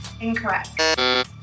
Incorrect